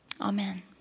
Amen